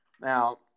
Now